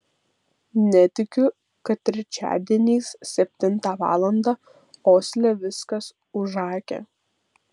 netikiu kad trečiadieniais septintą valandą osle viskas užakę